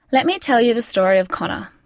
let me tell you the story of connor.